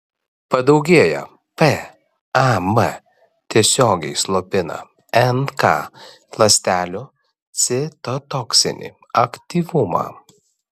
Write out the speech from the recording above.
padaugėję pam tiesiogiai slopina nk ląstelių citotoksinį aktyvumą